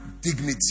dignity